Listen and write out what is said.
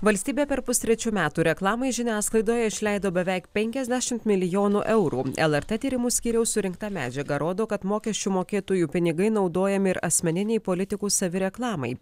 valstybė per pustrečių metų reklamai žiniasklaidoj išleido beveik penkiasdešimt milijonų eurų lrt tyrimų skyriaus surinkta medžiaga rodo kad mokesčių mokėtojų pinigai naudojami ir asmeninei politikų savireklamai